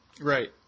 Right